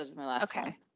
okay